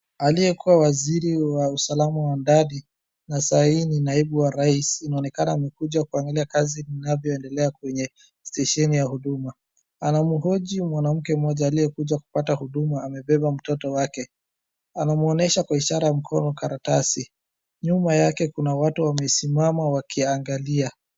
Aliyekuwa waziri wa usalama wa ndani na sahii ni naibu wa rais inaonekana amekuja kuangalia kazi inavyoendelea kwenye stesheni ya huduma, anamhoji mwanamke mmoja aliyekuja kupata huduma amebeba mtoto wake. Anamwonesha kwa ishara ya mkono karatasi, nyuma yake kuna watu wamesimama wakiangalia.